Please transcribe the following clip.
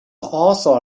also